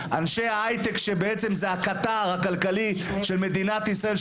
אנשי ההייטק שבעצם זה הקטר הכלכלי של מדינת ישראל,